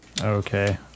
Okay